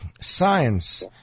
science